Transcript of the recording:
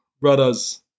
brothers